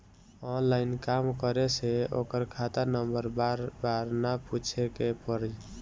online काम करे से ओकर खाता नंबर बार बार ना पूछे के पड़ी